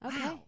Okay